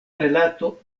rilato